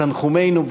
תנחומינו,